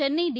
Chennai D